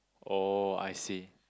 oh I see